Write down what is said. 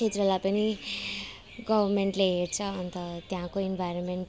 चिजहरूलाई पनि गभर्मेन्टले हेर्छ अन्त त्यहाँको इन्भाइरोमेन्ट